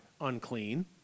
unclean